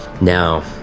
Now